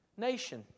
nation